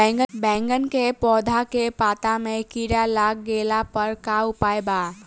बैगन के पौधा के पत्ता मे कीड़ा लाग गैला पर का उपाय बा?